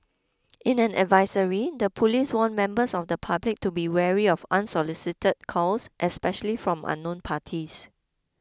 in an advisory the police warned members of the public to be wary of unsolicited calls especially from unknown parties